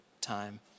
time